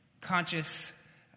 conscious